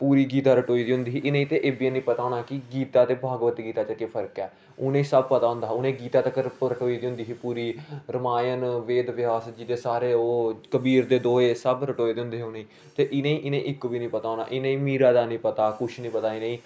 पूरी गीता रटोई दी होंदी ही इनेंगी ते ऐ बी है नी पता होना कि गीता ते भगबदगीता चे केह् फर्क ऐ उनेंगी सब पता होंदा उनेंगी गीता तकर रटोई दी होंदी ही पूरी रमाय़ण बेद ब्यास जी दे सारे ओह कबीर दे दोहे सब रटोए दे होंदे है उनेंगी ते इनेंगी इक बी नेईं पत होना इनेंगी मीरा दा नेईं पता कुछ नेईं पता इनेंगी